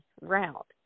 route